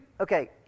Okay